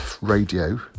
radio